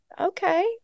okay